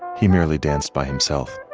he merely danced by himself,